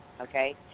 okay